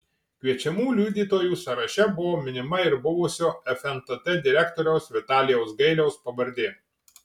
kviečiamų liudytojų sąraše buvo minima ir buvusio fntt direktoriaus vitalijaus gailiaus pavardė